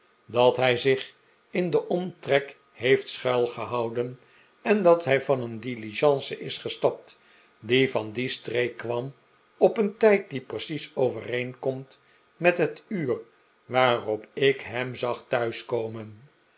dat hij zich in den omtrek heeft schuil gehouden en dat hij van een diligence is gestapt die van die streek kwam op een tijd die precies overeenkomt met het uur waarop ik hem zag